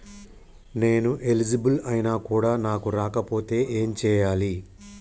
నేను ఎలిజిబుల్ ఐనా కూడా నాకు రాకపోతే ఏం చేయాలి?